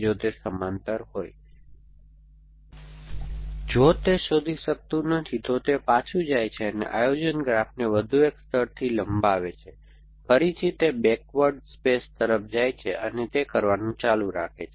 જો તેઓ સમાંતર હોય જો તે શોધી શકતું નથી તો તે પાછું જાય છે અને આયોજન ગ્રાફને વધુ એક સ્તરથી લંબાવે છે ફરીથી તે બેકવર્ડ સ્પેસ તરફ જાય છે અને તે કરવાનું ચાલુ રાખે છે